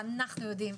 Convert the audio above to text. ואנחנו יודעים,